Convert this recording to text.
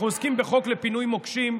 אנחנו עוסקים בחוק לפינוי מוקשים,